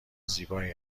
زیبایی